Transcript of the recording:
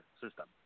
system